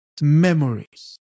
memories